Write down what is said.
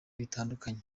bitandukanye